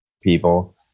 people